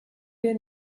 wir